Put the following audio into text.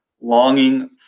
longing